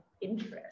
interest